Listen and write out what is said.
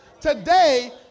Today